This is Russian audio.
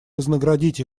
вознаградить